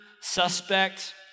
suspect